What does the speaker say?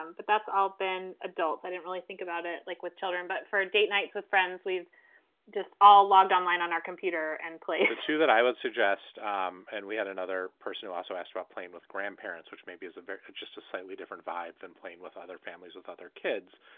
um but that's all been adults. i didn't really think about it like with children, but for date nights with friends, we've just all logged online on our computer and played to that, i would suggest um and we had another person who also asked about playing with grandparents, which maybe is just a slightly different vibe than playing with other families, with other kids.